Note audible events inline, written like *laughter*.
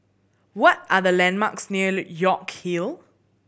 what are the landmarks near *unintelligible* York Hill